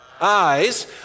eyes